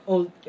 Old